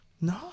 No